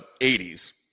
80s